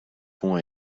pont